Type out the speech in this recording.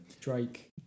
Drake